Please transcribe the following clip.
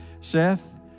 Seth